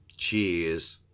Cheers